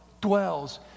Dwells